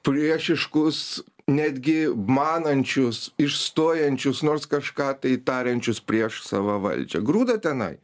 priešiškus netgi manančius išstojančius nors kažką tai tariančius prieš savą valdžią grūda tenai